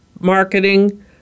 marketing